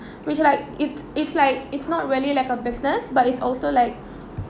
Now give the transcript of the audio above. which like it it's like it's not really like a business but it's also like